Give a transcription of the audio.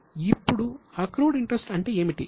ఇప్పుడు accrued interest అంటే అర్థం ఏమిటి